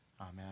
Amen